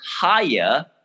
higher